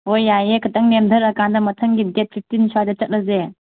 ꯍꯣꯏ ꯌꯥꯏꯌꯦ ꯈꯤꯇꯪ ꯅꯦꯝꯊꯔ ꯀꯥꯟꯗ ꯃꯊꯪꯒꯤ ꯗꯦꯠ ꯐꯤꯞꯇꯤꯟ ꯁ꯭ꯋꯥꯏꯗ ꯆꯠꯂꯁꯦ